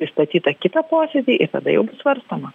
pristatyta kitą posėdį ir tada jau bus svarstoma